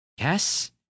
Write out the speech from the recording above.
Yes